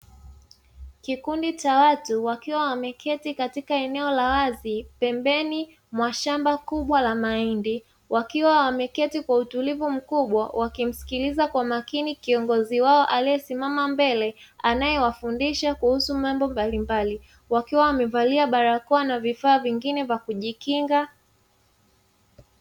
Kikundi cha watu wakiwa wameketi katika eneo la wazi pembeni mwa shamba kubwa la mahindi wakiwa wameketi kwa utulivu mkubwa wakimsikiliza kwa makini kiongozi wao aliyesimama mbele anayewafundisha kuhusu mambo mbalimbali wakiwa wamevalia barakoa na vifaa vingine vya kujikinga.